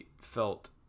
felt